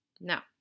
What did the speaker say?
Now